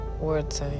words